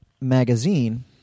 Magazine